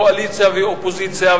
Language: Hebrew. קואליציה ואופוזיציה,